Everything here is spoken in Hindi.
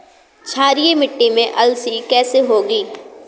क्षारीय मिट्टी में अलसी कैसे होगी?